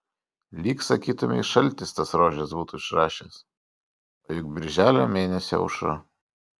lyg sakytumei šaltis tas rožes būtų išrašęs o juk birželio mėnesio aušra